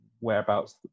whereabouts